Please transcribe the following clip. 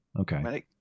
okay